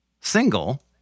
single